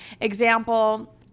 example